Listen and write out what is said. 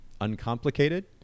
uncomplicated